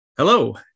Hello